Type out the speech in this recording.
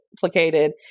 complicated